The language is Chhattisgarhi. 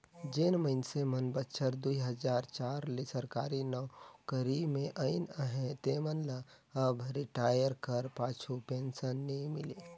जेन मइनसे मन बछर दुई हजार चार ले सरकारी नउकरी में अइन अहें तेमन ल अब रिटायर कर पाछू पेंसन नी मिले